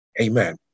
Amen